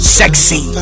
sexy